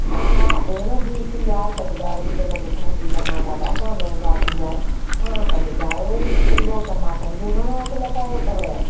हा हा भेण ॿी हिकिड़ी ॻाल्हि त ॿुधायो अॼुकल्ह ॿुधां थी टमाटा ॾाढा महांगा थी विया आहिनि हा ॿुधायो किलो टमाटनि जो घणो अघु लॻायो अथव